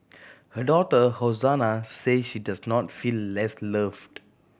her daughter Hosanna says she does not feel less loved